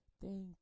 Thank